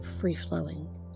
free-flowing